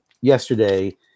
yesterday